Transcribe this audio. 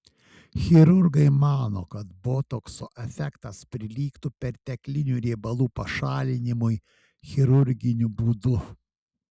chirurgai mano kad botokso efektas prilygtų perteklinių riebalų pašalinimui chirurginiu būdu